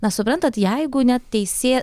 na suprantat jeigu net teisė